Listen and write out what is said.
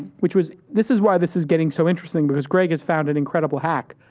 which was. this is why this is getting so interesting, because greg has found an incredible hack.